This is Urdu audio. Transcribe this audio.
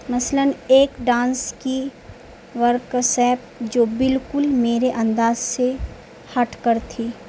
مثلاً ایک ڈانس کی ورکسیپ جو بالکل میرے انداز سے ہٹ کر تھی